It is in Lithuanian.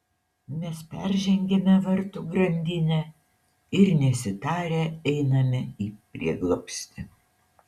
mes peržengiame vartų grandinę ir nesitarę einame į prieglobstį